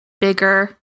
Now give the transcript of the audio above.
bigger